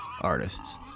artists